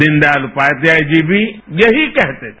दीनदयालचपाध्याय जी भी यही कहते थे